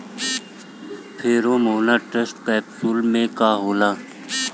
Pheromone trap capsule में का होला?